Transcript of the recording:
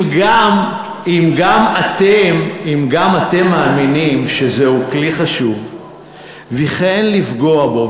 אם גם אתם מאמינים שזהו כלי חשוב ושאין לפגוע בו,